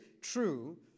true